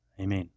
Amen